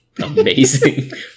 Amazing